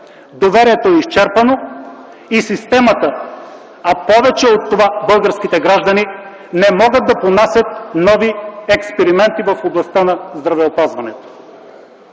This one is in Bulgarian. „Доверието в системата е изчерпано”, а повече от това българските граждани не могат да понасят нови експерименти в областта на здравеопазването.